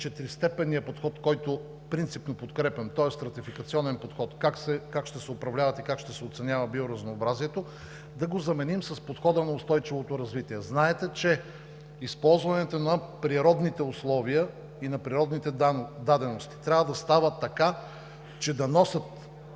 четиристепенния подход, който принципно подкрепям, тоест ратификационен подход – как ще се управлява и как ще се оценява биоразнообразието, да го заменим с подхода на устойчивото развитие. Знаете, че използването на природните условия и на природните дадености трябва да става така, че да носят